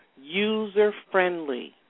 user-friendly